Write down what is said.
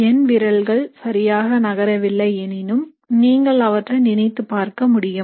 என் விரல்கள் சரியாக நகரவில்லை எனினும் நீங்கள் அவற்றை நினைத்துப் பார்க்க முடியும்